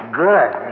good